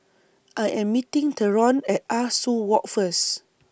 I Am meeting Theron At Ah Soo Walk First